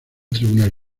tribunal